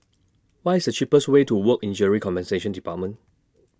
What IS The cheapest Way to Work Injury Compensation department